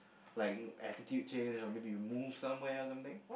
like attitude change or maybe you move somewhere or something